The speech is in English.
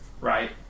right